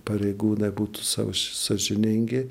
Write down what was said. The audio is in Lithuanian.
pareigūnai būtų sau sąžiningi